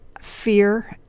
fear